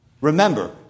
Remember